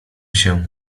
się